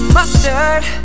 Mustard